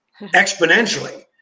exponentially